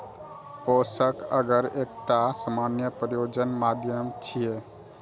पोषक अगर एकटा सामान्य प्रयोजन माध्यम छियै